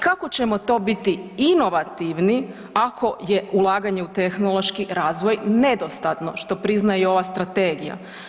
Kako ćemo to biti inovativni ako je ulaganje u tehnološki razvoj nedostatno što priznaje i ova strategija?